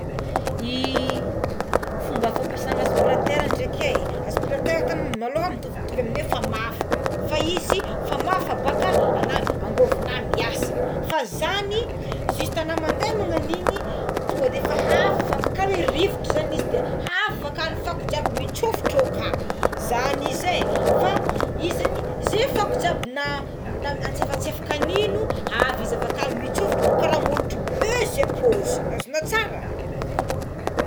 I fomba fampiasana aspiratera dreky é aspiratera tanana maloha mitovitovy amign'ny hoe famafa fa izy famafà baka agna angovona miasà fa zagny justa anao mandeha manao agny igny tonga de efa afaka kara hoe rivotra zagny izy de afaka fako jiaby de mitsofotro aka zagny izy é fa izy igny zé fako jiaby na na antsefatsefakan'ino avy izy avakagny mitsofotro ka raha molotro be zay pozigny azonao tsarà.